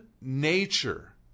nature